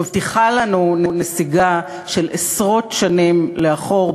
מבטיחה לנו נסיגה של עשרות שנים לאחור,